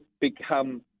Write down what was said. become